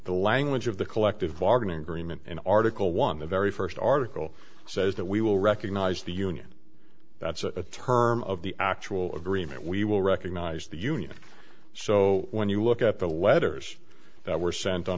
the language of the collective bargaining agreement in article one the very first article says that we will recognize the union that's a term of the actual agreement we will recognize the union so when you look at the letters that were